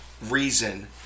reason